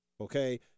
okay